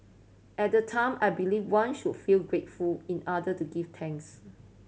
at the time I believed one should feel grateful in order to give thanks